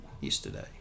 yesterday